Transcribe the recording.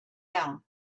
down